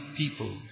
people